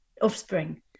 Offspring